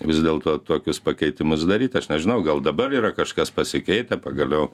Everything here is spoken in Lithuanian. vis dėlto tokius pakeitimus daryt aš nežinau gal dabar yra kažkas pasikeitę pagaliau